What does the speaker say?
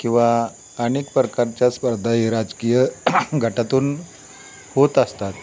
किंवा अनेक प्रकारच्या स्पर्धा ही राजकीय गटातून होत असतात